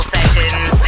Sessions